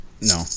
No